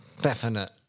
definite